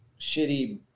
shitty